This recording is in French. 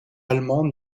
allemand